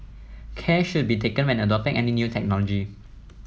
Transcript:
care should be taken when adopting any new technology